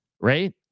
right